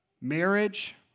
Marriage